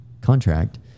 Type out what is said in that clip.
contract